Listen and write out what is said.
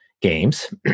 games